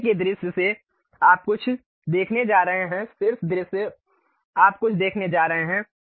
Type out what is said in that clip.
नीचे के दृश्य से आप कुछ देखने जा रहे हैं शीर्ष दृश्य आप कुछ देखने जा रहे हैं